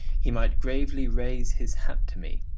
he might gravely raise his hat to me,